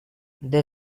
they